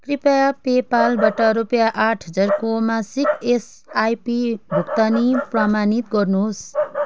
कृपया पे पालबाट रुपैयाँ आठ हजारको मासिक एसआइपी भुक्तानी प्रमाणित गर्नुहोस्